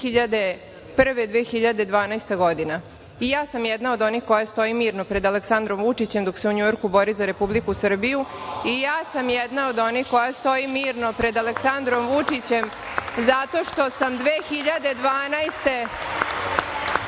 2001. do 2012. godine.I ja sam jedna od onih koja stoji mirno pred Aleksandrom Vučićem dok se u Njujorku bori za Republiku Srbiju. I ja sam jedna od onih koja stoji mirno pred Aleksandrom Vučićem zato što sam 2012.